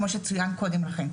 כמו שצוין קודם לכן.